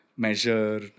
measure